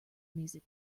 music